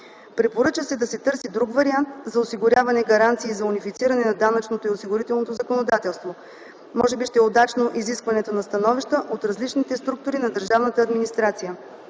Препоръча се да се търси друг вариант за осигуряване гаранции за унифициране на данъчното и осигурителното законодателство. Може би ще е удачно изискването на становища от различните структури на държавната администрация.